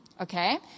okay